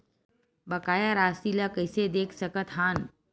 बकाया राशि ला कइसे देख सकत हान?